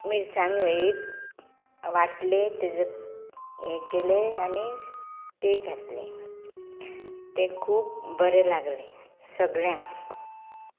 मिरसांग्यो हे वांटले तेजे हें केलें आनी तें घातलें तें खूब बरें लागलें सगळ्यांक